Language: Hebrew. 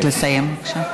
נא לסיים, בבקשה.